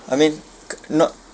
I mean not